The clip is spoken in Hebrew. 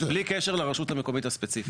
לכל היתר והיתר, בלי קשר לרשות המקומית הספציפית.